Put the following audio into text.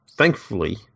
Thankfully